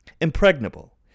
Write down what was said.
Impregnable